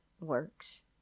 works